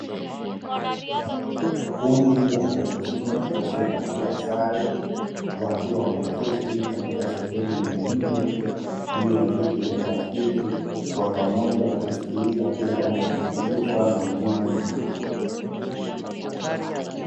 Kundi la watu wazima waliovalia sare wakiwa wameketi katika sehemu ya nje juu ya viti vya plastiki kwa pamoja wakiskiliza kile ambacho wanafundishwa na walimu mbele yao.